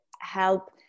help